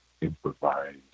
improvise